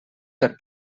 per